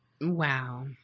Wow